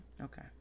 okay